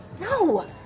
No